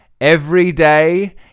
everyday